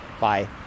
Bye